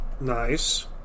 Nice